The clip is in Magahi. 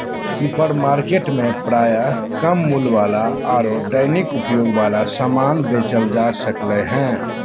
सुपरमार्केट में प्रायः कम मूल्य वाला आरो दैनिक उपयोग वाला समान बेचल जा सक्ले हें